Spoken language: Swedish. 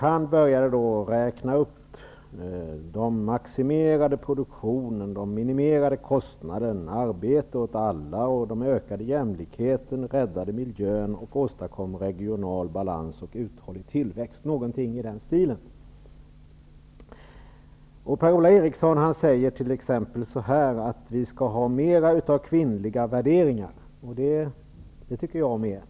Han började då räkna upp någonting i stil med: den maximerade produktionen, de minimerade kostnaderna, arbete åt alla, den ökade jämlikheten, räddandet av miljön, åstadkommandet av regional balans och uthållig tillväxt. Per-Ola Eriksson säger t.ex. att vi skall ha mer av kvinnliga värderingar. Det tycker jag också.